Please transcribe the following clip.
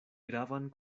gravan